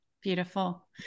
beautiful